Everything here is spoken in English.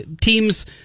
teams